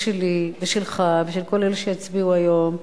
ושלי ושלך ושל כל אלה שיצביעו היום,